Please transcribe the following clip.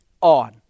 on